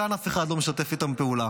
כאן אף אחד לא משתף איתם פעולה,